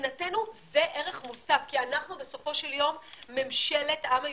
מבחינתנו זה ערך מוסף כי אנחנו בסופו של יום ממשלת העם היהודי.